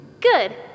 good